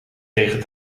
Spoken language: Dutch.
tegen